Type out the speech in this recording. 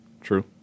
True